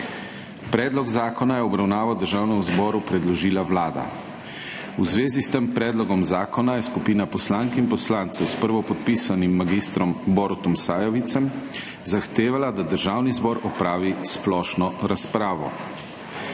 Predlog zakona je v obravnavo Državnemu zboru predložila Vlada. V zvezi s tem predlogom zakona je skupina poslank in poslancev s prvopodpisanim mag. Borutom Sajovicem zahtevala, da Državni zbor opravi splošno razpravo.